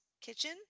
Kitchen